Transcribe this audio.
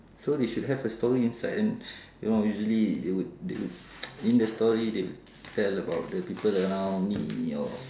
so they should have a story inside and you know usually they would they would in the story they tell about the people around me or